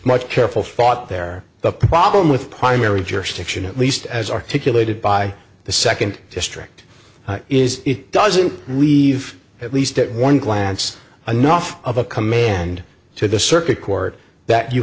much careful thought there the problem with primary jurisdiction at least as articulated by the second district is it doesn't leave at least at one glance enough of a command to the circuit court that you